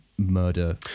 murder